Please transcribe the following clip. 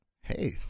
hey